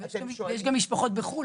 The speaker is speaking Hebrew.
ויש גם משפחות בחו"ל,